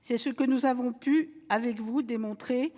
C'est ce que nous avons pu démontrer,